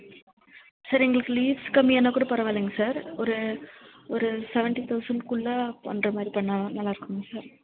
sir எங்களுக்கு leaves கம்மியானால் கூட பரவாயில்லைங்க சார் ஒரு ஒரு செவன்டி தௌசண்ட்குள்ள பண்ணுற மாதிரி பண்ணால் நல்லாருக்குதுங்க சார்